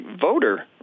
voter